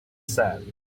sands